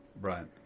Right